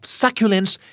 succulents